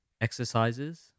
exercises